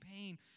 pain